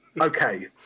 Okay